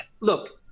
look